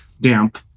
Damp